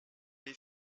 les